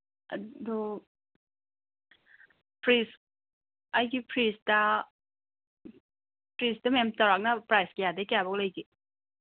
ꯑꯗꯨ ꯐ꯭ꯔꯤꯖ ꯑꯩꯒꯤ ꯐ꯭ꯔꯤꯖꯇ ꯐ꯭ꯔꯤꯖꯇ ꯃꯌꯥꯝ ꯆꯧꯔꯥꯛꯅ ꯄ꯭ꯔꯥꯏꯁ ꯀꯌꯥꯗꯒꯤ ꯀꯌꯥꯐꯥꯎ ꯂꯩꯒꯦ